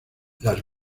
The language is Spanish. las